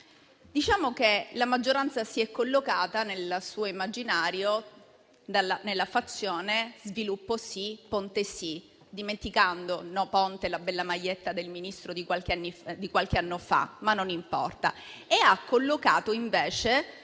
Diciamo che la maggioranza si è collocata nel suo immaginario nella fazione sviluppo sì, Ponte sì (dimenticando quel "no ponte" sulla bella maglietta del Ministro di qualche anno fa, ma non importa), collocando invece